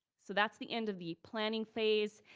so that's the end of the planning phase,